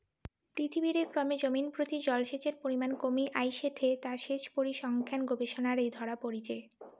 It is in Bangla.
পৃথিবীরে ক্রমে জমিনপ্রতি জলসেচের পরিমান কমি আইসেঠে তা সেচ পরিসংখ্যান গবেষণারে ধরা পড়িচে